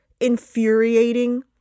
infuriating